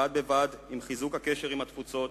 בד בבד עם חיזוק הקשר עם התפוצות,